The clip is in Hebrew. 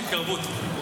יש התקרבות, מיכאל.